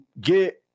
get